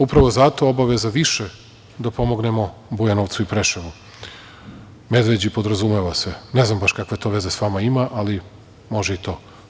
Upravo zato, obaveza više da pomognemo Bujanovcu i Preševu, Medveđi, podrazumeva se, ali ne znam baš kakve veze to ima sa vama, ali može i to.